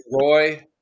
Roy